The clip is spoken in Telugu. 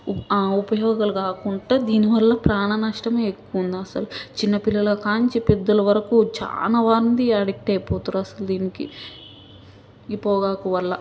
ఉప్ ఆ ఉపయోగాలుగాకుండా దీనివల్ల ప్రాణనష్టం ఎక్కువుందసలు చిన్నపిల్లల కాడినుంచి పెద్దల వరకు చాలా మంది ఎడిక్ట్ అయిపోతారు అసలు దీనికి ఈ పొగాకు వల్ల